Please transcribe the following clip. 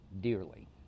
dearly